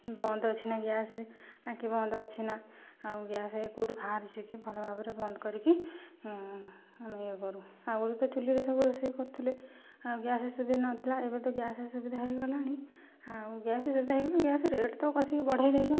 ବନ୍ଦ ଅଛି ନା ଗ୍ୟାସ୍ ଟାଙ୍କି ବନ୍ଦ ଅଛି ନା ଆଉ ଗ୍ୟାସ୍ କେଉଁଠୁ ବାହାରୁଛିକି ଭଲ ଭାବରେ ବନ୍ଦ କରିକି ଇଏ କରୁ ଆଗରୁ ତ ଚୁଲିରେ ସବୁ ରୋଷେଇ କରୁଥିଲେ ଆଉ ଗ୍ୟାସ୍ ସୁବିଧା ନଥିଲା ଏବେ ତ ଗ୍ୟାସ୍ ସୁବିଧା ହେଇଗଲାଣି ଆଉ ଗ୍ୟାସ୍ ସୁବିଧା ହେଇଗଲାଣି ଗ୍ୟାସ୍ ରେଟ୍ ତ କଷିକି ବଢ଼ାଇ ଦେଇ